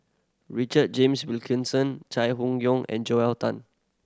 Richard James Wilkinson Chai Hon Yoong and Joel Tan